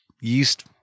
yeast